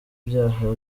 ibyaha